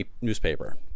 newspaper